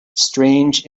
strange